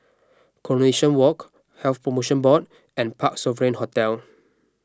Coronation Walk Health Promotion Board and Parc Sovereign Hotel